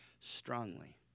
strongly